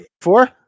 four